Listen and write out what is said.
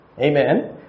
Amen